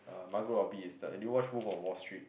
uh Margot-Robbie is the eh did you watch Wolf of Wall Street